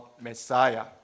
Messiah